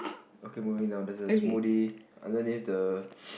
okay moving down there's a smoothie and then with the